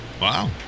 Wow